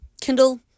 Kindle